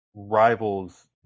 Rivals